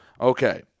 okay